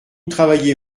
travaillez